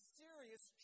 serious